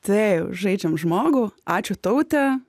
taip žaidžiam žmogų ačiū taute